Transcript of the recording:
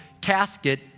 casket